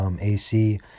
AC